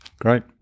Great